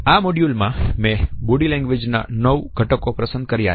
આ મોડયુલ માં મેં બોડી લેંગ્વેજ ના 9 ઘટકો પસંદ કર્યા છે